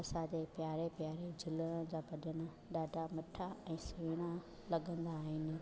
असांजे प्यारे प्यारे झूलण जा भॼन ॾाढा मिठा ऐं सुहिणा लॻंदा आहिनि